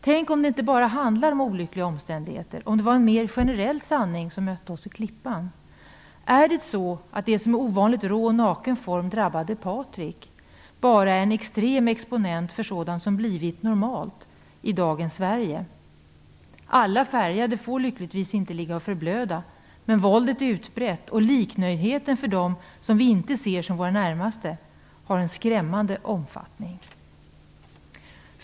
Tänk om det inte bara handlar om olyckliga omständigheter, om det var en mer generell sanning som mötte oss i Klippan. Är det så att det som i ovanligt rå och naken form drabbade Patrick bara är en extrem exponent för sådant som blivit normalt i dagens Sverige? Alla färgade får lyckligtvis inte ligga och förblöda, men våldet är utbrett och liknöjdheten för dem som vi inte ser som våra närmaste har en skrämmande omfattning.